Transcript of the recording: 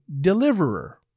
deliverer